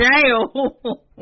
jail